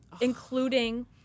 including